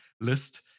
list